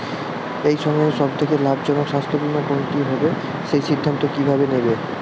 এই সময়ের সব থেকে লাভজনক স্বাস্থ্য বীমা কোনটি হবে সেই সিদ্ধান্ত কীভাবে নেব?